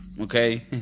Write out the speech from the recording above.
okay